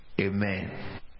Amen